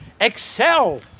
Excel